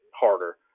harder